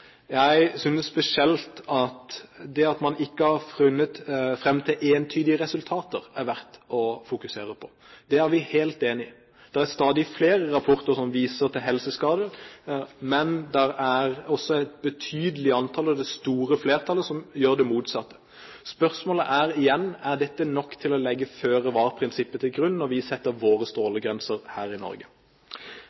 Jeg synes spesielt at det at man ikke har funnet fram til entydige resultater, er verdt å fokusere på. Der er vi helt enige. Det er stadig flere rapporter som viser til helseskader, men det er også et betydelig antall, og det store flertallet, som gjør det motsatte. Spørsmålet er igjen: Er dette nok til å legge føre-var-prinsippet til grunn når vi setter våre